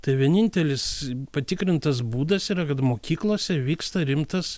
tai vienintelis patikrintas būdas yra kad mokyklose vyksta rimtas